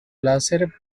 láser